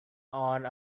all